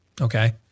okay